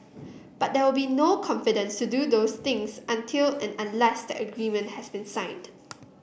but there will be no confidence to do those things until and unless that agreement has been signed